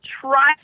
try